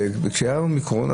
כשהיה אומיקרון.